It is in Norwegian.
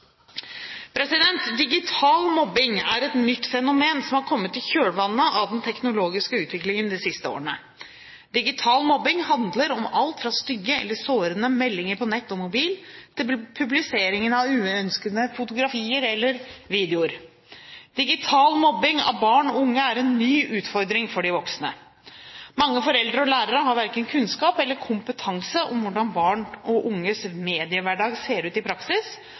Digital mobbing er et nytt fenomen som har kommet i kjølvannet av den teknologiske utviklingen de siste årene. Digital mobbing handler om alt fra stygge eller sårende meldinger på nett og mobil til publisering av uønskede fotografier eller videoer. Digital mobbing av barn og unge er en ny utfordring for de voksne. Mange foreldre og lærere har verken kompetanse eller kunnskap om hvordan barn og unges mediehverdag ser ut i praksis,